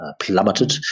plummeted